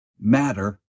matter